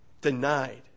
denied